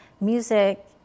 music